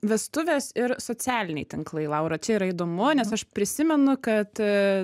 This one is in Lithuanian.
vestuvės ir socialiniai tinklai laura čia yra įdomu nes aš prisimenu kad